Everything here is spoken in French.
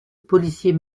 policier